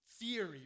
theory